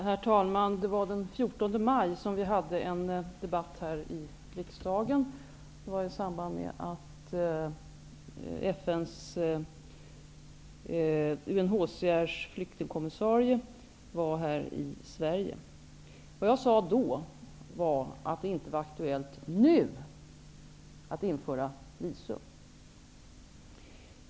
Herr talman! Det var den 14 maj som vi hade en debatt här i riksdagen. Det var i samband med att UNHCR:s flyktingkommissarie var här i Sverige. Det jag sade då var att det inte var aktuellt ''nu'' att införa visum.